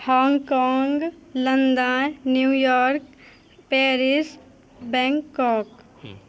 हाँगकाँग London New York Paris Bangkok हूँ